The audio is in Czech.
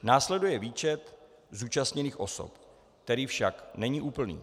Následuje výčet zúčastněných osob, který však není úplný.